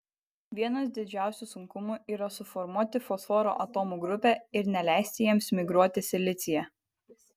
vienas didžiausių sunkumų yra suformuoti fosforo atomų grupę ir neleisti jiems migruoti silicyje